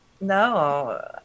no